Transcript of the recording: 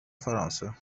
فرانسه